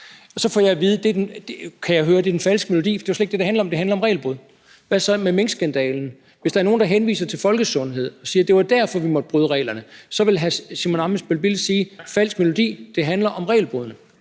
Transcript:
så får jeg at vide, at det er den falske melodi, fordi det slet ikke er det, det handler om, men at det handler om regelbrud? Hvad så med minkskandalen? Hvis der er nogen, der henviser til folkesundhed og siger, at det var derfor, man måtte bryde reglerne, så ville hr. Simon Emil Ammitzbøll-Bille sige: Det er en falsk melodi, for det handler om regelbrud.